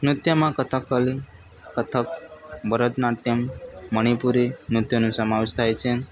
નૃત્યમાં કથકલી કથ્થક ભરતનાટ્યમ મણિપુરી નૃત્યનો સમાવેશ થાય છે